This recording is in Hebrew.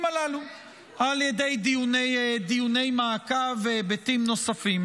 הללו על יד דיוני מעקב והיבטים נוספים.